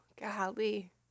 Golly